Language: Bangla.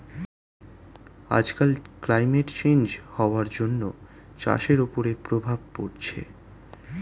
আজকাল ক্লাইমেট চেঞ্জ হওয়ার জন্য চাষের ওপরে প্রভাব পড়ছে